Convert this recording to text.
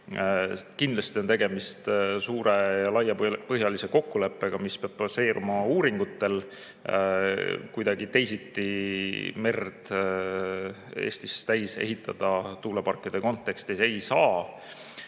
Kindlasti on tegemist suure ja laiapõhjalise kokkuleppega, mis peab baseeruma uuringutel. Kuidagi teisiti merd Eestis täis ehitada – pean silmas tuuleparke – ei saa.